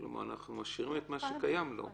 אנחנו משאירים לו את מה שקיים, לא?